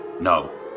No